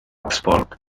oxford